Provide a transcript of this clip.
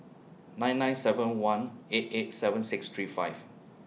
nine nine seven one eight eight seven six three five